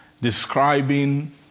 describing